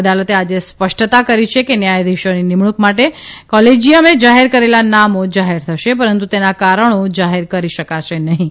અદાલતે આજે સ્પષ્ટતા કરી કે ન્યાયાધીસોની નિમણુંક માટે કોલેજીયમે જાહેર કરેલાં નામો જાહેર થશે પરંતુ તેનાં કારણો જાહેર કરી શકાશે નહિં